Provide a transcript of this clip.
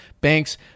banks